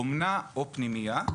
אומנה או פנימייה,